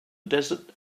desert